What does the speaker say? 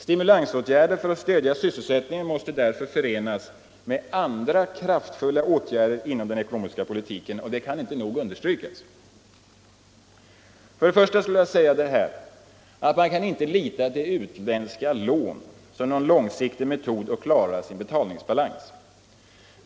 Stimulansåtgärder för att stödja sysselsättningen måste därför förenas med andra kraftfulla åtgärder inom den ekonomiska politiken. Detta kan inte nog understrykas. För det första vill jag säga att man inte kan lita till utländska lån som någon långsiktig metod att klara betalningsbalansen.